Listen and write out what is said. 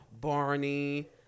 Barney